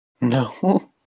No